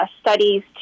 studies